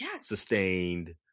sustained